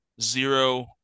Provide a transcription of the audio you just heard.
zero